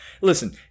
Listen